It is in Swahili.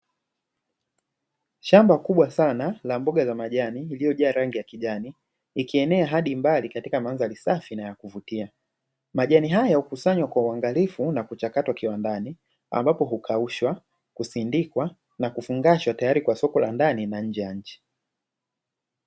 Shamba kubwa sana la mboga za majani, iliyojaa rangi ya kijani, ikienea hadi mbali katika mandhari safi na ya kuvutia, majani haya hukusanywa kwa uangalifu na kuchakatwa kiwandani, ambapo hukaushwa, husindikwa na kufungashwa tayari kwa soko la ndani na nje ya nchi.